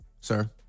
Sir